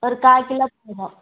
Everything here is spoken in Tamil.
ஒரு கால் கிலோ போதும்